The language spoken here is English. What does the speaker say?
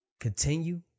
Continue